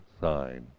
sign